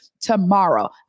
tomorrow